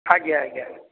ଆଜ୍ଞା ଆଜ୍ଞା